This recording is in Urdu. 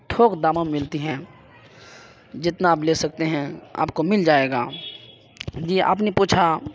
تھوک داموں میں ملتی ہیں جتنا آپ لے سکتے ہیں آپ کو مل جائے گا جی آپ نے پوچھا